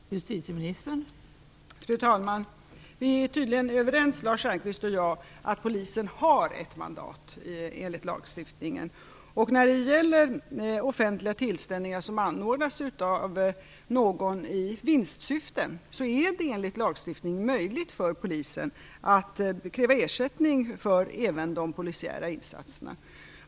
Fru talman! Lars Stjernkvist och jag är tydligen överens om att polisen har ett mandat enligt lagstiftningen. När det gäller offentliga tillställningar som anordnas av någon i vinstsyfte är det enligt lagstiftningen möjligt för polisen att kräva ersättning även för de polisiära insatserna.